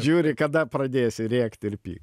žiūri kada pradėsi rėkti ir pykt